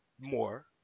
more